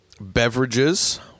beverages